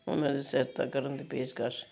ਉਹ ਮੇਰੀ ਸਹਾਇਤਾ ਕਰਨ ਦੀ ਪੇਸ਼ਕਸ਼